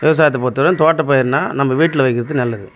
விவசாயத்தை பொறுத்தவரை தோட்டப் பயிர்னா நம்ம வீட்டில் வைக்கிறத்து நல்லது